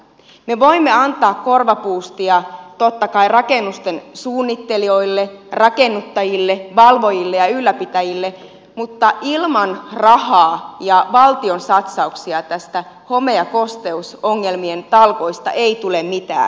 me voimme antaa korvapuustia totta kai rakennusten suunnittelijoille rakennuttajille valvojille ja ylläpitäjille mutta ilman rahaa ja valtion satsauksia näistä home ja kosteusongelmien talkoista ei tule mitään